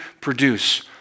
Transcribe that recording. produce